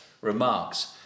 remarks